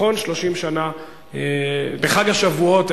בחג השבועות,